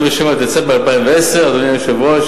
ב-27 בדצמבר 2010. אדוני היושב-ראש,